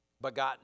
begotten